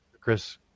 Chris